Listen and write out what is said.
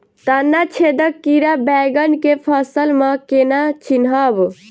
तना छेदक कीड़ा बैंगन केँ फसल म केना चिनहब?